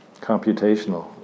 computational